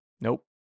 Nope